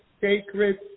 sacred